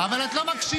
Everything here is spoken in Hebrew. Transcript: --- אבל את לא מקשיבה,